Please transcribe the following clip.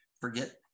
forget